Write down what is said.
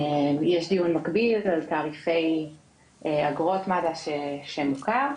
יש דיון מקביל על תעריפי אגרות מד"א שמוכר,